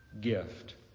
gift